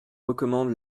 recommande